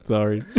Sorry